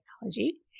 technology